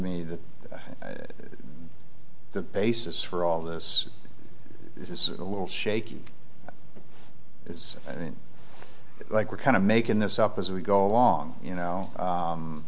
me that the basis for all of this is a little shaky it's like we're kind of making this up as we go along you know